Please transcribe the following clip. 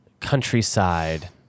countryside